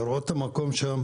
לראות את המקום שם,